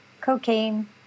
cocaine